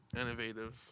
innovative